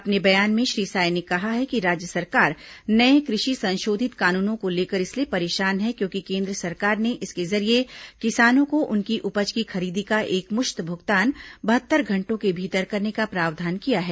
अपने बयान में श्री साय ने कहा है कि राज्य सरकार नये कृषि संशोधित कानूनों को लेकर इसलिए परेशान है क्योंकि केन्द्र सरकार ने इसके जरिये किसानों को उनकी उपज की खरीदी का एकमुश्त भुगतान बहत्तर घंटों के भीतर करने का प्रावधान किया है